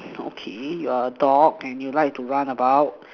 okay you're dog and you like to run about